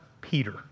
Peter